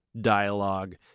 dialogue